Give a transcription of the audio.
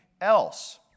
else